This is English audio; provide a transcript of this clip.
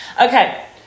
Okay